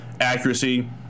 Accuracy